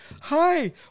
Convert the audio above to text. hi